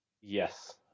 Yes